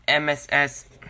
MSS